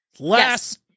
Last